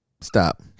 Stop